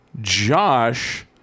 Josh